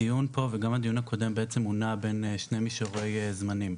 הדיון פה וגם הדיון הקודם נעו בין שני מישורי זמנים: